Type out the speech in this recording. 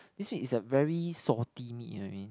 this meat is a very salty meat you know what I mean